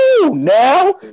now